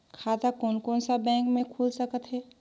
खाता कोन कोन सा बैंक के खुल सकथे?